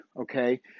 okay